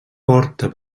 porta